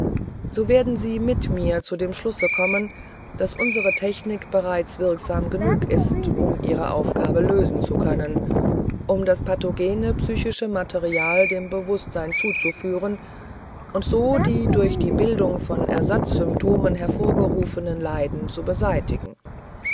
so werden sie mit mir zu dem schlusse kommen daß unsere technik bereits wirksam genug ist um ihre aufgabe lösen zu können um das pathogene psychische material dem bewußtsein zuzuführen und so die durch die bildung von ersatzsymptomen hervorgerufenen leiden zu beseitigen